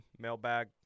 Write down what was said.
mailbag